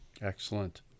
Excellent